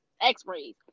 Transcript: x-rays